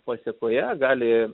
pasekoje gali